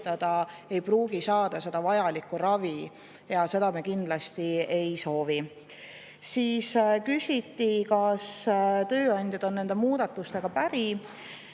ei pruugi saada vajalikku ravi ja seda me kindlasti ei soovi. Siis küsiti, kas tööandjad on nende muudatustega päri.